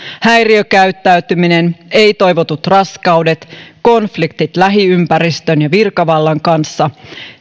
häiriökäyttäytyminen ei toivotut raskaudet konfliktit lähiympäristön ja virkavallan kanssa